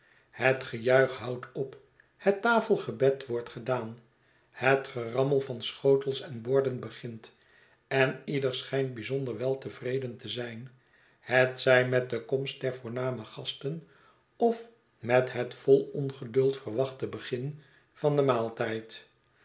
het gejuich houdt op het tafelgebed wordt gedaan het gerammel van schotels en borden begint en ieder sch'ynt bijzonder weltevreden te zijn hetzij met de komst der voorname gasten of met het no ongeduld verwachte begin van den maaltijd